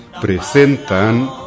presentan